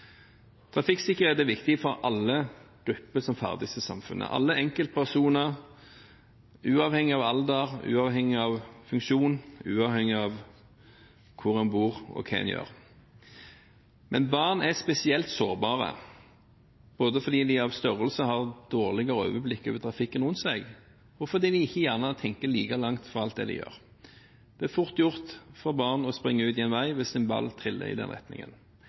Trafikksikkerhet er viktig for alle grupper som ferdes i samfunnet, alle enkeltpersoner, uavhengig av alder, funksjon, hvor en bor og hva en gjør. Men barn er spesielt sårbare, både fordi de av størrelse har dårligere overblikk over trafikken rundt seg og fordi de gjerne ikke tenker like langt i alt de gjør. Det er fort gjort for barn å springe ut i veien hvis en ball triller i den retningen.